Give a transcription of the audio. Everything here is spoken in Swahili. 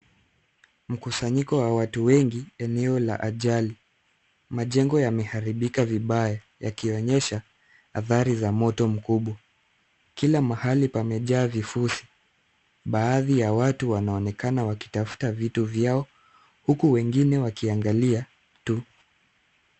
Mkusanyiko wa watu wengi eneo la ajali. Majengo yameharibika vibaya yakionyesha athari za moto mkubwa. Kila mahali pamejaa vifusi. Baadhi ya watu wanaonekana wakitafuta vitu vyao, huku wengine wakiangalia tu.